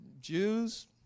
Jews